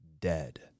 dead